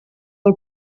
del